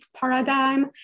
paradigm